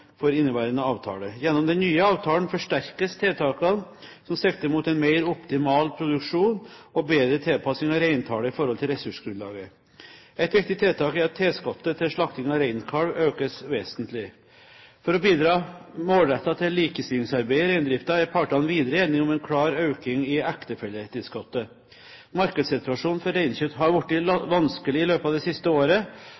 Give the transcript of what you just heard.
for inneværende avtale. Gjennom den nye avtalen forsterkes tiltakene som sikter mot en mer optimal produksjon og bedre tilpasning av reintallet i forhold til ressursgrunnlaget. Ett viktig tiltak er at tilskuddet til slakting av reinkalv økes vesentlig. For å bidra målrettet til likestillingsarbeidet i reindriften er partene videre enige om en klar økning i ektefelletilskuddet. Markedssituasjonen for reinkjøtt har